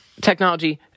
technology